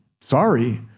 sorry